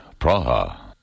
Praha